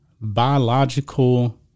biological